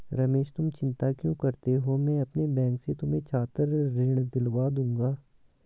रमेश तुम चिंता क्यों करते हो मैं अपने बैंक से तुम्हें छात्र ऋण दिलवा दूंगा